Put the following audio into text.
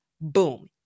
Boom